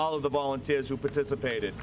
all of the volunteers who participated